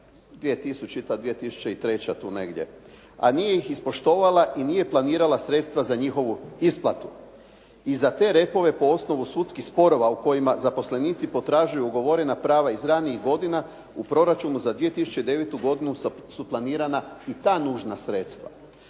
2000./2003., tu negdje, a nije ih ispoštovala i nije planirala sredstva za njihovu isplatu i za te repove po osnovu sudskih sporova u kojima zaposlenici potražuju ugovorena prava iz ranijih godina, u proračunu za 2009. godinu su planirana i ta nužna sredstva.